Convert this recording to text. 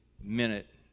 minute